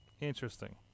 Interesting